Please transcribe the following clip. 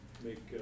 make